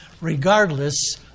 regardless